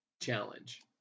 Challenge